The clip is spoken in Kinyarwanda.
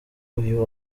uyu